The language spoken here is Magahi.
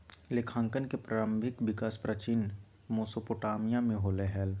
लेखांकन के प्रारंभिक विकास प्राचीन मेसोपोटामिया से होलय हल